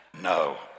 No